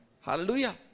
Hallelujah